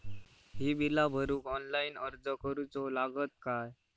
ही बीला भरूक ऑनलाइन अर्ज करूचो लागत काय?